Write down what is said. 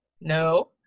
no